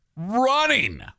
Running